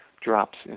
drops